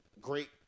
great